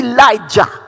Elijah